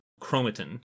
chromatin